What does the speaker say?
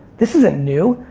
this isn't new.